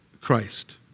Christ